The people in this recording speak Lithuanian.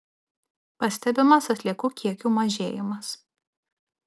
pastebimas atliekų kiekių mažėjimas